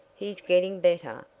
he's getting better.